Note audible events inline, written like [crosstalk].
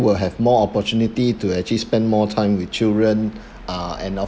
will have more opportunity to actually spend more time with children [breath] uh and of